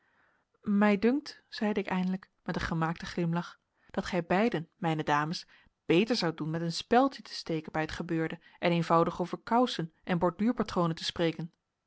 mij dunkt zeide ik eindelijk met een gemaakten glimlach dat gij beiden mijne dames beter zoudt doen met een speldje te steken bij het gebeurde en eenvoudig over kousen en borduurpatronen te spreken